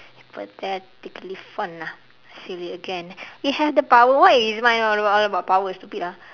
hypothetically fun ah silly again you have the power why is mine all about all about power stupid lah